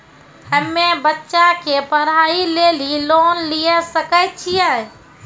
हम्मे बच्चा के पढ़ाई लेली लोन लिये सकय छियै?